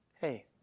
Hey